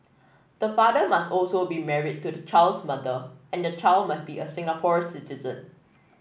the father must also be married to the child's mother and the child must be a Singapore citizen